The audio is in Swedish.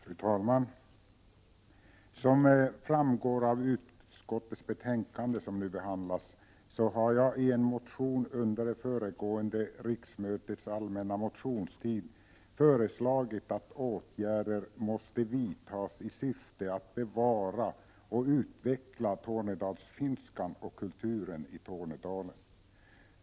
Fru talman! Som framgår av utskottets betänkande som nu behandlas, har jag i en motion under det föregående riksmötets allmänna motionstid föreslagit att åtgärder måste vidtas i syfte att bevara och utveckla tornedalsfinskan och kulturen i Tornedalen.